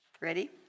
Ready